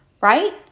right